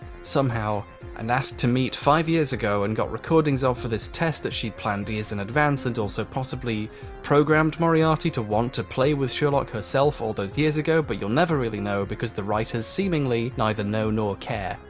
somehow and asked to meet five years ago and got recordings of for this test that she'd planned years in advance and also possibly programmed moriarty to want to play with sherlock herself all those years ago, but you'll never really know because the writers seemingly neither know nor care.